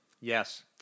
Yes